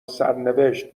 سرنوشت